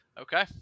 Okay